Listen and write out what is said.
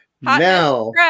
now